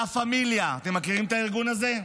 לה פמיליה, אתם מכירים את הארגון הזה?